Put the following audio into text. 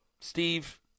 Steve